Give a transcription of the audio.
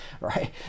right